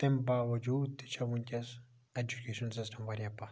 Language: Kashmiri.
تمہِ باوَجود تہِ چھ ونکیٚس ایٚجُکیشن سِسٹَم واریاہ پتھ